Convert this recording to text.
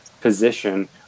position